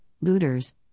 looters